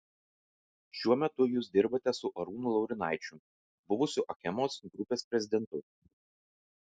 šiuo metu jūs dirbate su arūnu laurinaičiu buvusiu achemos grupės prezidentu